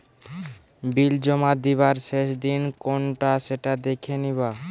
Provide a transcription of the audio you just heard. বিল জমা দিবার শেষ দিন কোনটা সেটা দেখে নিবা